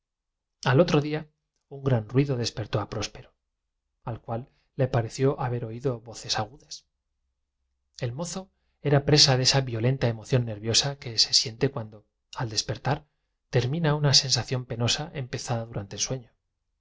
al otro día un gran ruido despertó próspero al cual le pareció restituyó a las sanas ideas de la moral la razón acabó por disipar del haber oído voces agudas el mozo era presa de esa violenta emoción todo su momentáneo frenesí las enseñanzas de su educación los pre nerviosa que se siente cuando al despertar termina una sensación ceptos religiosos y especialmente el recuerdo de su haia entonces penosa empezada durante el sueño